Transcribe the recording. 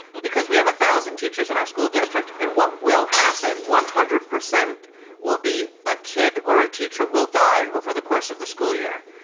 because we have a thousand teachers in our school district. and what will happen? one hundred percent will be a kid or a teacher will die over the course of the school year.